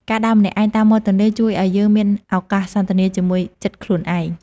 ការដើរម្នាក់ឯងតាមមាត់ទន្លេ ជួយឱ្យយើងមានឱកាសសន្ទនាជាមួយចិត្តខ្លួនឯង។